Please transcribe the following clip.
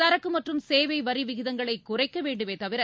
சரக்கு மற்றும் சேவை வரி விகிதங்களை குறைக்க வேண்டுமே தவிர